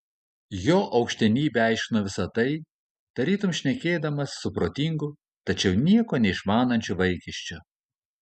jo aukštenybė aiškino visa tai tarytum šnekėdamas su protingu tačiau nieko neišmanančiu vaikiščiu